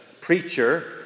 preacher